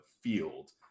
field